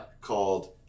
Called